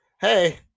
hey